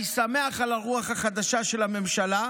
אני שמח על הרוח החדשה של הממשלה,